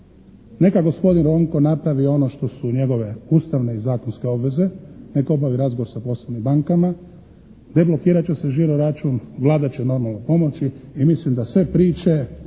Neka gospodin Ronko napravi ono što su njegove ustavne i zakonske obveze, nek obavi razgovor sa poslovnim bankama. Deblokirat će se žiro-račun. Vlada će normalno pomoći i mislim da sve priče